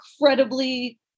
incredibly